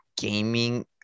gaming